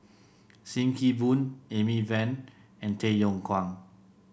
Sim Kee Boon Amy Van and Tay Yong Kwang